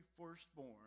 firstborn